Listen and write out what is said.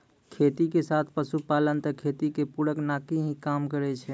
खेती के साथ पशुपालन त खेती के पूरक नाकी हीं काम करै छै